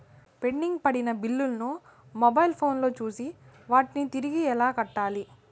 pending పడిన బిల్లులు ను మొబైల్ ఫోను లో చూసి వాటిని తిరిగి ఎలా కట్టాలి